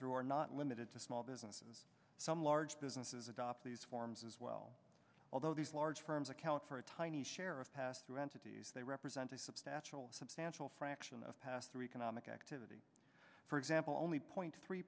through are not limited to small businesses some large businesses adopt these forms as well although these large firms account for a tiny share of pass through entities they represent a substantial substantial fraction of pass through economic activity for example only point three